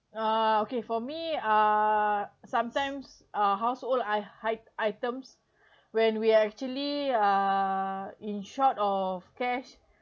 uh okay for me uh sometimes uh household i~ i~ items when we actually uh in short of cash